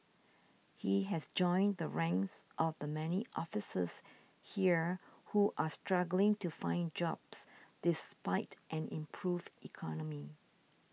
he has joined the ranks of the many officers here who are struggling to find jobs despite an improved economy